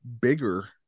bigger